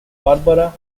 barbara